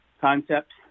concept